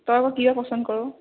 তই কিয় পচন্দ কৰ'